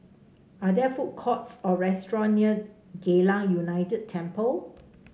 are there food courts or restaurants near Geylang United Temple